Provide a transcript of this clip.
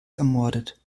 ermordet